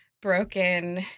broken